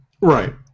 right